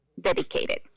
Dedicated